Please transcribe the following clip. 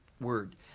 word